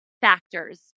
factors